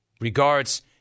Regards